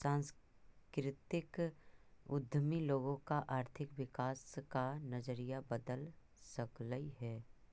सांस्कृतिक उद्यमी लोगों का आर्थिक विकास का नजरिया बदल सकलई हे